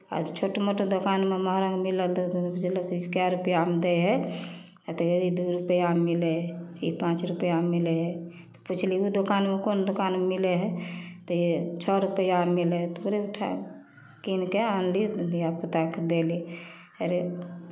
आ छोट मोट दोकानमे महग मिलल तऽ पुछलक जे कए रुपैआमे दै हइ आ तऽ ई दू रुपैआमे मिलै हइ ई पाँच रुपैआमे मिलै हइ पुछली ओ दोकानमे कोन दोकानमे मिलै हइ तऽ ई छओ रुपैआमे मिलै हइ तोरे ओहिठान किनि कऽ आनली तऽ आनि कऽ धियापुताकेँ देली अरे